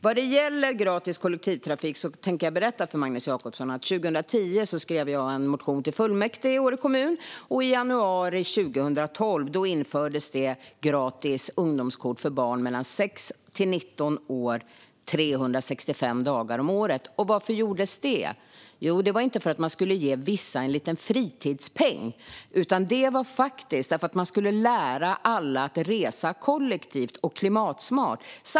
Vad gäller gratis kollektivtrafik tänker jag berätta för Magnus Jacobsson att jag 2010 skrev en motion till fullmäktige i Åre kommun, och i januari 2012 infördes gratis årskort för barn mellan 6 och 19 år. Varför gjordes det? Jo, inte för att man skulle ge vissa en liten fritidspeng utan för att lära alla att resa kollektivt och klimatsmart.